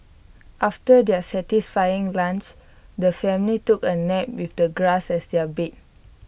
after their satisfying lunch the family took A nap with the grass as their bed